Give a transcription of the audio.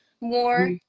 more